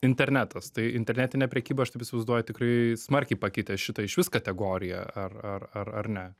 internetas tai internetinė prekyba aš taip įsivaizduoju tikrai smarkiai pakeitė šitą išvis kategoriją ar ar ar ar ne